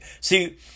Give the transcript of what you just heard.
See